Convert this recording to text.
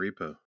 repo